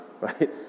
right